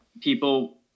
people